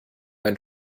ein